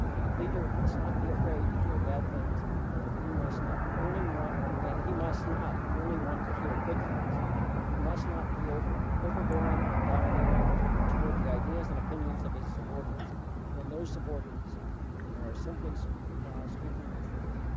a leader must not be afraid to hear bad things and he must not only want and he must not only want to hear good things he must not be over overbearing and domineering to toward the ideas and opinions of his subordinates when those subordinates are simply speaking the truth.